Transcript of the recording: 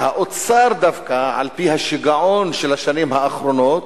שהאוצר דווקא, על-פי השיגעון של השנים האחרונות,